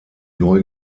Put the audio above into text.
neu